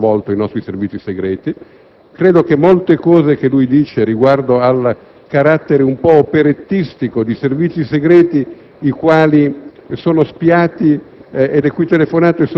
su vicende come quelle che hanno recentemente sconvolto i nostri Servizi segreti. Credo che molte cose che egli sostiene riguardo al carattere un po' operettistico di servizi segreti che